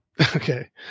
Okay